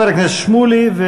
חבר הכנסת שמולי,